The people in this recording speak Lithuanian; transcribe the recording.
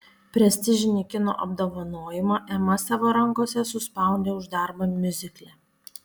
prestižinį kino apdovanojimą ema savo rankose suspaudė už darbą miuzikle